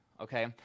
okay